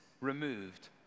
removed